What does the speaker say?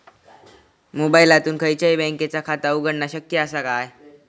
मोबाईलातसून खयच्याई बँकेचा खाता उघडणा शक्य असा काय?